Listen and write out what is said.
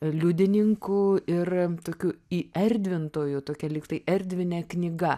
liudininku ir tokiu įerdvintoju tokia liktai erdvine knyga